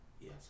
Yes